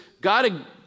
God